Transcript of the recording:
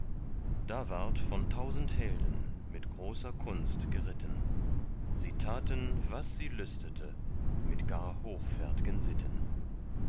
da ward von tausend helden mit großer kunst geritten sie taten was sie lüstete mit gar hochfärtgen sitten